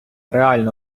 реально